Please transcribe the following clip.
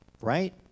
right